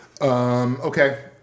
Okay